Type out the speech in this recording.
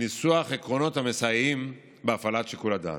וניסוח עקרונות המסייעים בהפעלת שיקול הדעת.